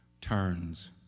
turns